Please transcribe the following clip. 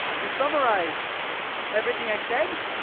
to summarize everything i said,